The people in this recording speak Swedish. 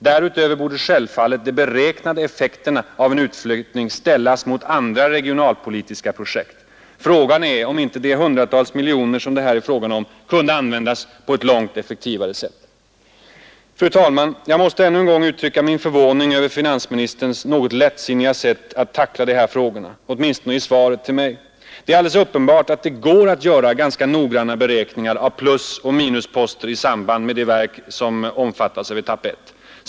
Därutöver borde självfallet de beräknade effekterna av en utflyttning ställas mot andra regionalpolitiska projekt. Frågan är om inte de hundratals miljoner det här är fråga om kunde användas på ett långt effektivare sätt. Fru talman! Jag måste ännu en gång uttrycka min förvåning över finansministerns något lättsinniga sätt att tackla de här frågorna, åtminstone i svaret till mig. Det är alldeles uppenbart att det går att göra ganska noggranna beräkningar av plusoch minusposter i samband med de verk som omfattas av etapp 1.